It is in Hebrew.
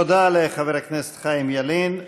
תודה לחבר הכנסת חיים ילין.